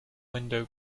window